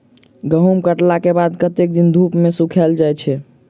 गहूम कटला केँ बाद कत्ते दिन धूप मे सूखैल जाय छै?